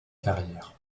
carrière